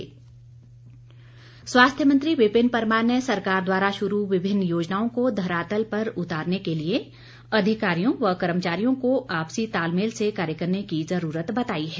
विपिन परमार स्वास्थ्य मंत्री विपिन परमार ने सरकार द्वारा शुरू विभिन्न योजनाओं को धरातल पर उतारने के लिए अधिकारियों व कर्मचारियों को आपसी तालमेल से कार्य करने की जरूरत बताई है